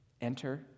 Enter